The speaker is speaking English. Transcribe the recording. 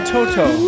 Toto